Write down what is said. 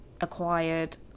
acquired